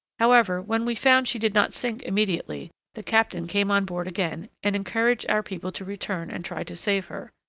however, when we found she did not sink immediately, the captain came on board again, and encouraged our people to return and try to save her.